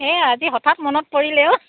এই আজি হঠাৎ মনত পৰিলে অ'